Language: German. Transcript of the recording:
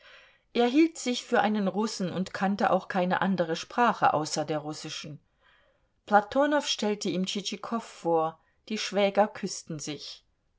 er hielt sich für einen russen und kannte auch keine andere sprache außer der russischen platonow stellte ihm tschitschikow vor die schwäger küßten sich